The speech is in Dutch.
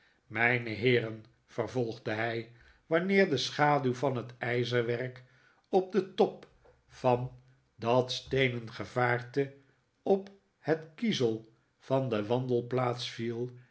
mijne heeren vervolgde hij wanneer de schaduw van het ijzerwerk op den top van dat steenen gevaarte op het kiezel van de